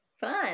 fun